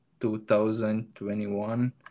2021